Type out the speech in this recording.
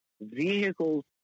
vehicles